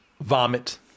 vomit